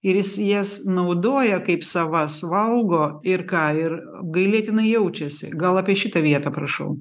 ir jis jas naudoja kaip savas valgo ir ką ir apgailėtinai jaučiasi gal apie šitą vietą prašau